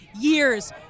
years